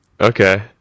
okay